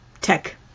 tech